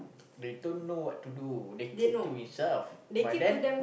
they don't know what to do they keep to himself but then